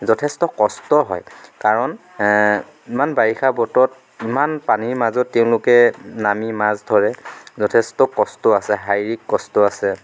যথেষ্ট কষ্ট হয় কাৰণ ইমান বাৰিষা বতৰত ইমান পানীৰ মাজত তেওঁলোকে নামি মাছ ধৰে যথেষ্ট কষ্ট আছে শাৰীৰিক কষ্ট আছে